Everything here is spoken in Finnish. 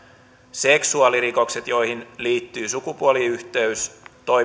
seksuaalirikokset joihin liittyy sukupuoliyhteys